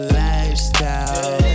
lifestyle